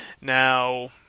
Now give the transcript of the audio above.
Now